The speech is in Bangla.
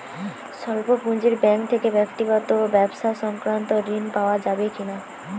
স্বল্প পুঁজির ব্যাঙ্ক থেকে ব্যক্তিগত ও ব্যবসা সংক্রান্ত ঋণ পাওয়া যাবে কিনা?